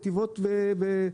נתיבות ואופקים.